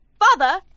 Father